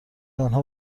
آنها